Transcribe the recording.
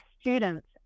students